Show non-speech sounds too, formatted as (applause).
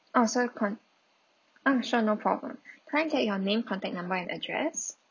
oh so con~ oh sure no problem (breath) can I get your name contact number and address